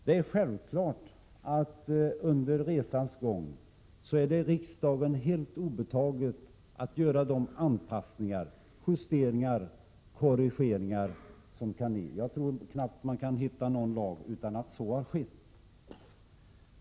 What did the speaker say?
Det är självklart att under resans gång är det riksdagen helt obetaget att göra de anpassningar, justeringar och korrigeringar som kan erfordras. Jag tror att man knappt kan hitta någon lag där så inte har skett.